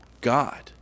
God